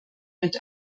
mit